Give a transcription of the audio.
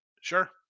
Sure